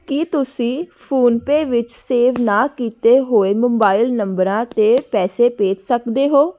ਕੀ ਤੁਸੀਂਂ ਫ਼ੋਨਪੇਅ ਵਿੱਚ ਸੇਵ ਨਾ ਕੀਤੇ ਹੋਏ ਮੋਬਾਈਲ ਨੰਬਰਾਂ 'ਤੇ ਪੈਸੇ ਭੇਜ ਸਕਦੇ ਹੋ